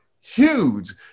huge